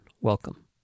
welcome